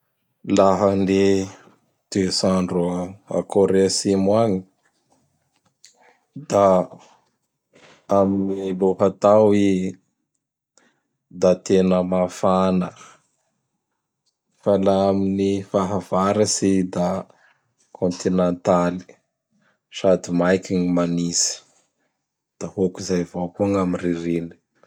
Laha gny toets'andro a Kore Atsimo agny; da amin'ny lohatao i da tena mafana fa laha amin'ny fahavaratsy i da kontinantaly; sady maiky gn manitsy. Da hôkizay avoa koa gnam ririny.